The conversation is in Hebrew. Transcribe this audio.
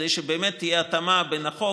כדי שבאמת תהיה התאמה בין החוק